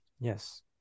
Yes